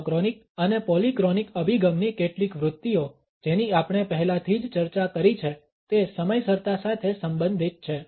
monochronic અને polychronic અભિગમની કેટલીક વૃત્તિઓ જેની આપણે પહેલાથી જ ચર્ચા કરી છે તે સમયસરતા સાથે સંબંધિત છે